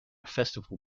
festival